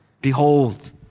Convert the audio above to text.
Behold